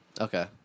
Okay